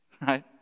right